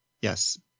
Yes